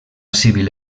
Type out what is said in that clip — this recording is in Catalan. civil